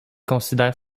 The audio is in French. considère